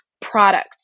products